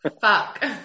Fuck